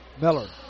Miller